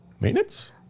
Maintenance